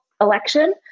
election